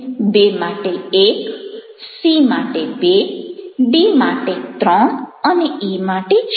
B માટે 1 C માટે 2 D માટે 3 અને E માટે 4